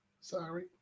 Sorry